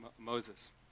Moses